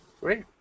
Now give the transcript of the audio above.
Great